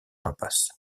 rapaces